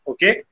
Okay